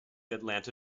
atlanta